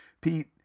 Pete